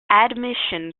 admission